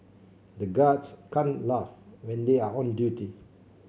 the guards can't laugh when they are on duty